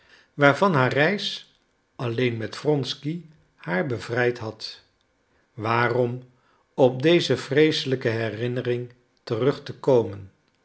waarvan haar reis alleen met wronsky haar bevrijd had waarom op deze vreeselijke herinnering terug te komen